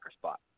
spot